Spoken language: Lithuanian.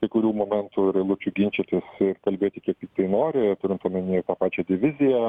kai kurių momentų ir eilučių ginčytis kalbėti kiek nori turint omeny pačią diviziją